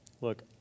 look